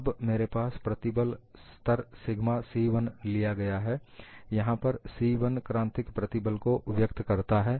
अब मेरे पास प्रतिबल स्तर सिग्मा c1 लिया गया है यहां पर c क्रांतिक प्रतिबल को व्यक्त करता है